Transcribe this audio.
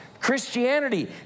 Christianity